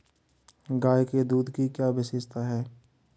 गाय के दूध की क्या विशेषता है?